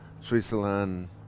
Switzerland